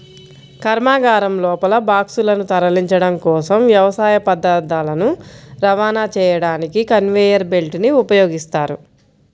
కర్మాగారం లోపల బాక్సులను తరలించడం కోసం, వ్యవసాయ పదార్థాలను రవాణా చేయడానికి కన్వేయర్ బెల్ట్ ని ఉపయోగిస్తారు